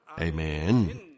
Amen